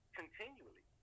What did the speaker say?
continually